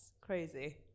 crazy